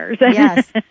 Yes